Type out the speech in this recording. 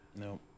No